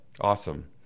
Awesome